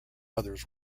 others